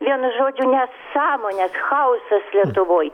vienu žodžiu nesąmonė chaosas lietuvoj